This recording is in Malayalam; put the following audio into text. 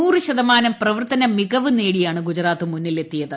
നൂറ് ശതമാനം പ്രപർത്തന മികവ് നേടിയാണ് ഗുജറാത്ത് മുന്നിലെത്തിയത്